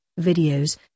videos